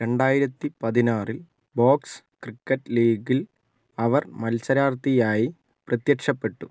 രണ്ടായിരത്തിപ്പതിനാറിൽ box cricket ലീഗിൽ അവർ മത്സരാർത്ഥിയായി പ്രത്യക്ഷപ്പെട്ടു